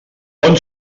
bon